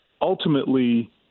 ultimately